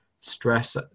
stress